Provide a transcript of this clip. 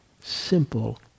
simple